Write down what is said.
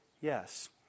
Yes